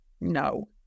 no